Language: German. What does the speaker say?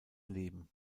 leben